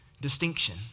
distinction